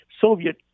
Soviet